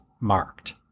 marked